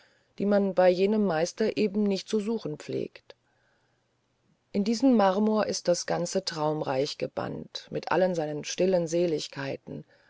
die man bei jenem meister eben nicht zu suchen pflegt in diesen marmor ist das ganze traumreich gebannt mit allen seinen stillen seligkeiten